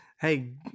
Hey